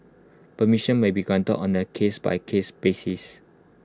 permission may be granted on A case by case basis